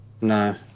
No